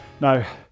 Now